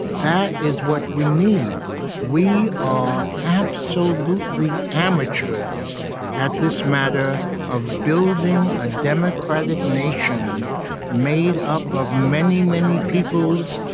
that is what we need we are absolutely amateurs at this matter of building a democratic nation made up of many, many peoples,